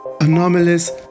Anomalies